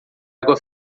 água